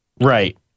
Right